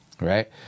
right